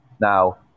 Now